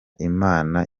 imana